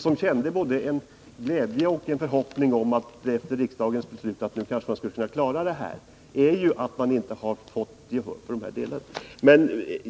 som efter riksdagens beslut kände både en förhoppning om och en glädje över att förhållandena skulle förbättras, nu gått till aktion är att man inte har fått gehör för sina synpunkter på säkerheten.